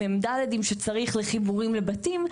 מ״דים שצריך לחיבורים לבתים,